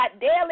daily